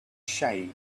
shade